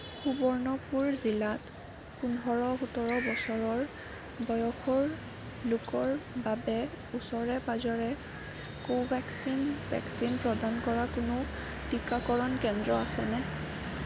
সুবৰ্ণপুৰ জিলাত পোন্ধৰ সোতৰ বছৰৰ বয়সৰ লোকৰ বাবে ওচৰে পাঁজৰে কোভেক্সিন ভেকচিন প্ৰদান কৰা কোনো টিকাকৰণ কেন্দ্ৰ আছেনে